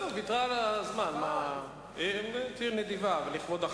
וגם רונית תירוש העניקה לי את 15 הדקות שהיו מגיעות לה.